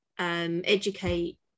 Educate